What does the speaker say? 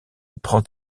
prend